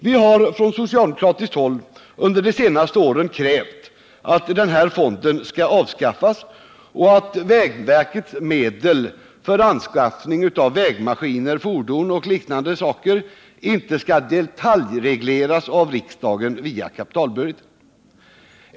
Vi har från socialdemokratiskt håll under de senaste åren krävt att denna fond skall avskaffas och att vägverkets medel för anskaffning av vägmaskiner, fordon och liknande saker inte skall detaljregleras av riksdagen via kapitalbudgeten.